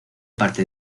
parte